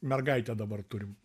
mergaitę dabar turim